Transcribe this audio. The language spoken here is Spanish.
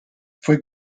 fue